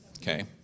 Okay